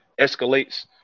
escalates